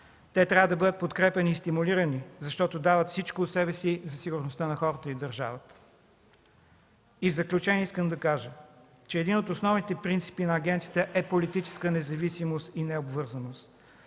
Те трябва да бъдат подкрепяни и стимулирани, защото дават всичко от себе си за сигурността на хората и държавата. В заключение искам да кажа, че един от основните принципи на агенцията е политическа независимост и необвързаност.